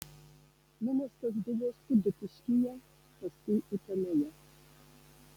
numestas buvo skudutiškyje paskui utenoje